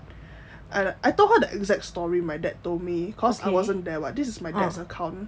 and I told her the exact story my dad told me cause I wasn't there [what] this is my dad's account